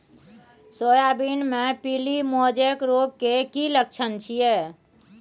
Soybean मे पीली mosaic रोग के की लक्षण छीये?